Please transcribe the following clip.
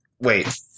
Wait